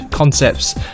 concepts